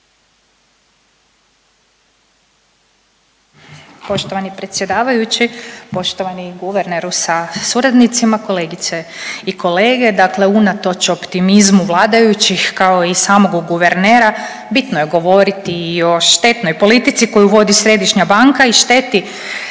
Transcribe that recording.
Poštovani predsjedavajući, poštovani guverneru sa suradnicima, kolegice i kolege. Dakle unatoč optimizmu vladajućih, kao i samog guvernera, bitno je govoriti i o štetnoj politici koju vodu središnja banka i šteti